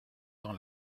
dans